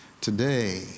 Today